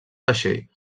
vaixell